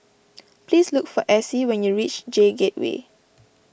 please look for Essie when you reach J Gateway